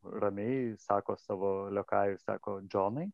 ramiai sako savo liokajui sako džonai